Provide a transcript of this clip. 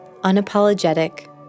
unapologetic